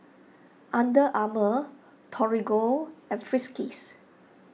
Under Armour Torigo and Friskies